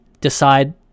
decide